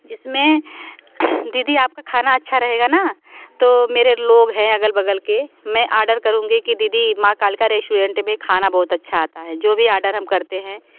जिसमें दीदी आपका खाना अच्छा रहेगा ना तो मेरे लोग हैं अगल बगल के मैं आर्डर करूँगी कि दीदी माँ कालका रेश्टोरेंट में खाना बहुत अच्छा आता है जो भी आर्डर हम करते हैं